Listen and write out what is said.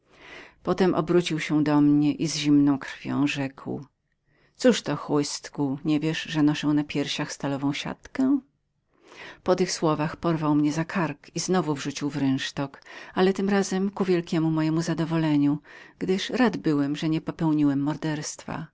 krzysztof obrócił się do mnie i z zimną krwią rzekł cóż to chłystku niewiedziałeś dotąd że noszę na piersiach stalową siatkę po tych słowach porwał mnie za włosy i znowu wrzucił w rynsztok ale tym razem z wielkiem mojem zadowoleniem gdyż rad byłem że nie popełniłem